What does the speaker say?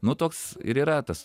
nu toks ir yra tas